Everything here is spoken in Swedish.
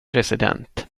president